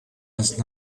last